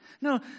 No